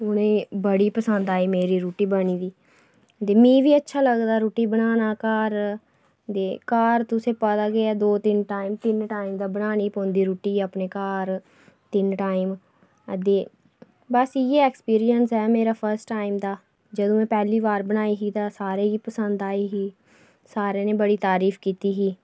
हून एह् बड़ी पसंद आई मेरी रुट्टी बनी दी ते मिगी बी अच्छा लगदा रुट्टी बनाना घर ते घर तुसेंगी पता गै दो तीन टाईम बनाना गै पौंदी रुट्टी रुट्टी अपने घर तिन्न टाईम ते बस इ'यै एक्सपीरियंस ऐ मेरा फसर्ट टाईम दा जदूं में पैह्ली बार बनाई ही ते सारें गी पसंद आई ही सारें जनें बड़ी तारीफ कीती ही